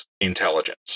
intelligence